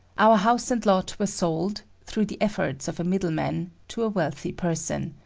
our house and lot were sold, through the efforts of a middleman to a wealthy person.